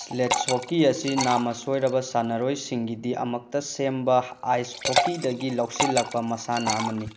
slate hockey ꯑꯁꯤ ꯅꯥꯝꯃ ꯁꯣꯏꯔꯕ ꯁꯥꯟꯅꯔꯣꯏꯁꯤꯡꯒꯤꯗꯃꯛꯇ ꯁꯦꯝꯕ ꯑꯥꯏꯁ ꯍꯣꯛꯀꯤꯗꯒꯤ ꯂꯧꯁꯤꯜꯂꯛꯄ ꯃꯁꯥꯟꯅ ꯑꯃꯅꯤ